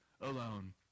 alone